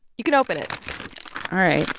you can open it all right.